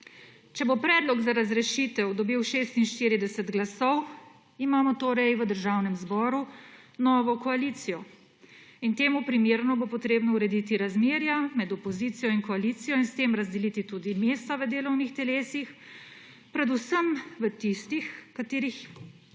Če bo predlog za razrešitev dobil 46 glasov, imamo torej v Državnem zboru novo koalicijo. In temu primerno bo potrebno urediti razmerja med opozicijo in koalicijo in s tem razdeliti tudi mesta v delovnih telesih, predvsem v tistih, katerih